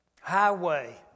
highway